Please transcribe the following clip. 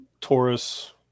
taurus